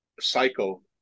cycle